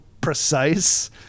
precise